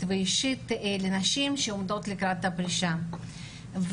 ואישית לנשים שעומדות לקראת פרישה,